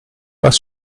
pas